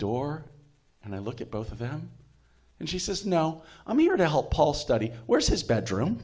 door and i look at both of them and she says now i'm here to help all study where is his bedroom